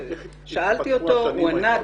שאלתי אותו והוא ענה.